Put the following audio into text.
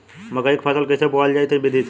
मकई क फसल कईसे बोवल जाई विधि से?